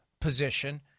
position